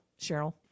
Cheryl